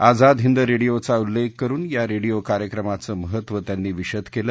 Azad Hind radio चा उल्लेख करुन या रेडिओ कार्यक्रमाचं महत्व त्यांनी विशद केलं